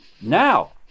Now